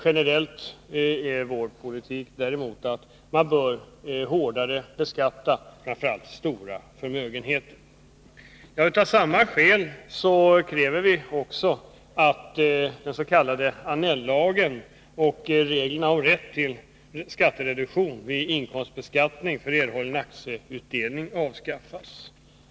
Generellt är vår politik att man bör beskatta stora förmögenheter hårdare. Av sådana skäl kräver vi också att den s.k. Annell-lagen och reglerna om rätt till skattereduktion vid inkomstbeskattning för erhållen aktieutdelning avskaffas.